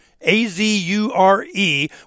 A-Z-U-R-E